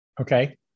Okay